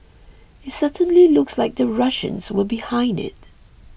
it certainly looks like the Russians were behind it